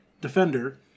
defender